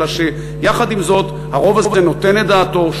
אלא שיחד עם זאת הרוב הזה נותן את דעתו,